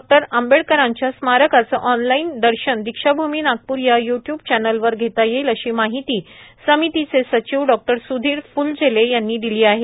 बाबासाहेब आंबेडकरांच्या स्मारकाचे ऑनलाईन दर्शन दीक्षाभूमी नागपूर या युट्युब चॅनेलवर घेता येईल अशी माहिती समितीचे सचिव डॉक्टर सुधीर फुलझेले यांनी दिली आहे